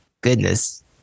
goodness